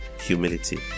Humility